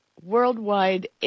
Worldwide